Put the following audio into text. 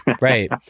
right